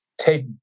take